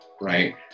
right